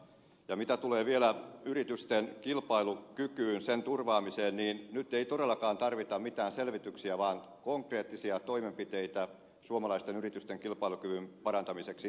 ja mitä tulee vielä yritysten kilpailukykyyn sen turvaamiseen niin nyt ei todellakaan tarvita mitään selvityksiä vaan konkreettisia toimenpiteitä suomalaisten yritysten kilpailukyvyn parantamiseksi